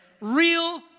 real